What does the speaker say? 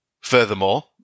Furthermore